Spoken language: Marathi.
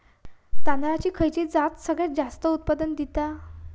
तांदळाची खयची जात सगळयात जास्त उत्पन्न दिता?